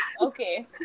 Okay